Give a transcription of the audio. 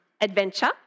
adventure